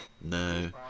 No